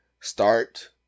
start